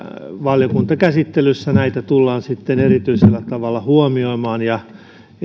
valiokuntakäsittelyssä näitä tullaan sitten erityisellä tavalla huomioimaan en